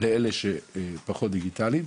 ולאלה שפחות דיגיטליים.